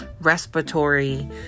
respiratory